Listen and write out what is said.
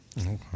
Okay